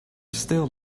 still